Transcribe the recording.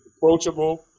approachable